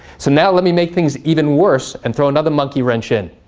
so now let me make things even worse and throw another monkey wrench in.